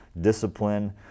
discipline